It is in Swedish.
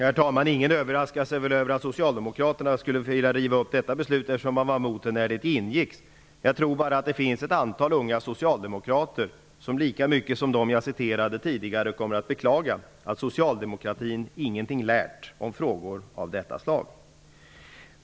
Herr talman! Ingen överraskas väl över att socialdemokraterna skulle vilja riva upp ett sådant beslut, eftersom de var emot det när det initierades. Jag tror dock att det finns ett antal unga socialdemokrater som lika mycket som de som jag tidigare citerade kommer att beklaga att socialdemokratin ingenting lärt om frågor av detta slag.